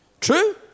True